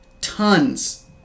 tons